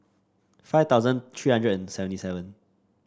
five thousand three hundred and seventy seven